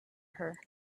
her